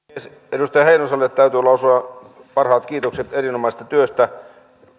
edustaja heinoselle täytyy lausua parhaat kiitokset erinomaisesta työstä